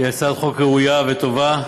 היא הצעת חוק ראויה וטובה.